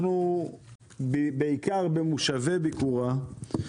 אנחנו בעיקר במושבי ביקורה,